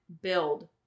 build